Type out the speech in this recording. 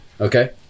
Okay